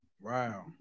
Wow